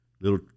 little